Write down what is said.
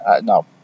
No